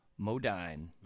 Modine